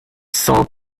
cent